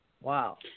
Wow